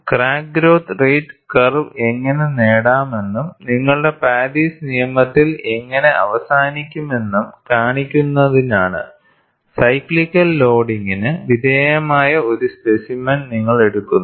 നമുക്ക് അത് നോക്കാം ഈ സംഗ്രഹം ക്രാക്ക് ഗ്രോത്ത് റേറ്റ് കർവ് എങ്ങനെ നേടാമെന്നും നിങ്ങളുടെ പാരീസ് നിയമത്തിൽ എങ്ങനെ അവസാനിക്കുമെന്നും കാണിക്കുന്നതിനാണ് സൈക്ലിക്കൽ ലോഡിംഗിന് വിധേയമായ ഒരു സ്പെസിമെൻ നിങ്ങൾ എടുക്കുന്നു